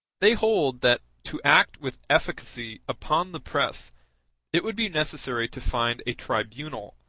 they hold that to act with efficacy upon the press it would be necessary to find a tribunal,